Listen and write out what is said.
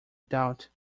doubt